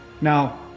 Now